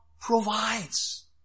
provides